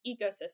ecosystem